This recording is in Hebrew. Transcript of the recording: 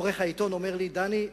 עורך העיתון אומר לי: דני,